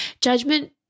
judgment